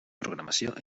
programació